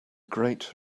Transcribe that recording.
great